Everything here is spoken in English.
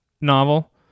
novel